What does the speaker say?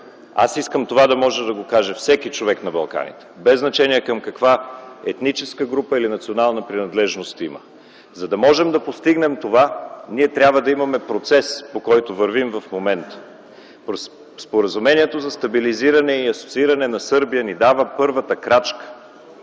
– искам това да може да го каже всеки човек на Балканите, без значение към каква етническа група е или каква национална принадлежност има. За да можем да постигнем това, ние трябва да имаме процес, по който вървим в момента. Споразумението за стабилизиране и асоцииране на Сърбия ни дава първата крачка,